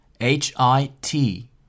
H-I-T